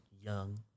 young